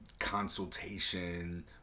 consultation